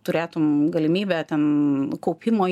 turėtum galimybę ten kaupimo